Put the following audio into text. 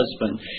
husband